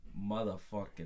Motherfucking